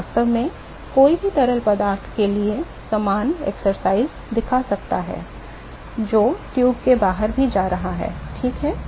और वास्तव में कोई भी तरल पदार्थ के लिए समान एक्सरसाइज दिखा सकता है जो ट्यूब के बाहर भी जा रहा है ठीक है